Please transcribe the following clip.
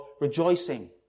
rejoicing